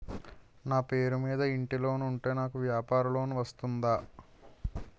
నా పేరు మీద ఇంటి లోన్ ఉంటే నాకు వ్యాపార లోన్ వస్తుందా?